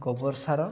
ଗୋବର ସାର